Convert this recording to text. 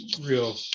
real